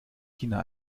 tina